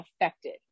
affected